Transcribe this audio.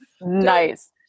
Nice